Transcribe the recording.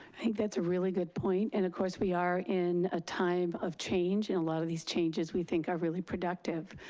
i think that's a really good point, and of course we are in a time of change. and a lot of these changes we think are really productive.